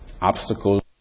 obstacles